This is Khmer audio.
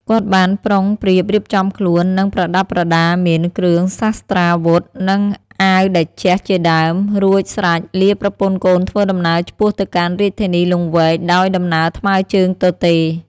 គាត់បានប្រុងប្រៀបរៀបចំខ្លួន និង ប្រដាប់ប្រដាមាន គ្រឿងសស្ត្រាវុធ និងអាវតេជះជាដើម រួចស្រេចលាប្រពន្ធកូនធ្វើដំណើរឆ្ពោះទៅកាន់រាជធានីលង្វែកដោយដំណើរថ្មើរជើងទទេ ។